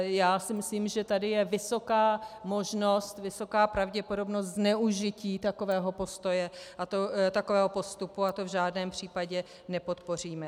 Já si myslím, že tady je vysoká možnost, vysoká pravděpodobnost zneužití takového postoje, takového postupu, a to v žádném případě nepodpoříme.